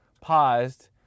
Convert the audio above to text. paused